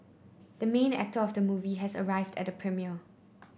the main actor of the movie has arrived at the premiere